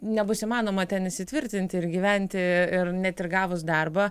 nebus įmanoma ten įsitvirtinti ir gyventi ir net ir gavus darbą